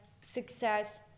success